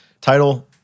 Title